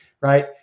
right